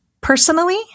personally